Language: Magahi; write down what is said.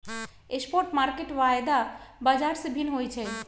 स्पॉट मार्केट वायदा बाजार से भिन्न होइ छइ